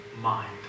mind